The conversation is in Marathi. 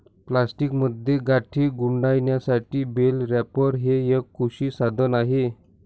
प्लास्टिकमध्ये गाठी गुंडाळण्यासाठी बेल रॅपर हे एक कृषी साधन आहे